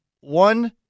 one